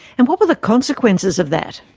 and what were the consequences of that?